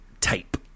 tape